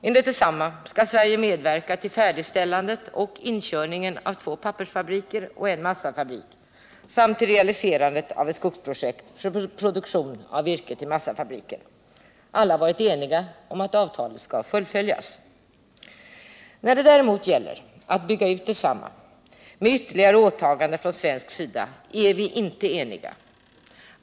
Enligt avtalet skall Sverige medverka till färdigställandet och inkörningen av två pappersfabriker och en massafabrik samt till realiserandet av ett skogsprojekt för produktion av virke till massafabriken. Alla har varit eniga om att avtalet skall fullföljas. När det däremot gäller en utbyggnad med ytterligare åtaganden från svensk sida är vi icke eniga.